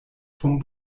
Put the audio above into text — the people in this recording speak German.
vom